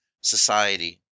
society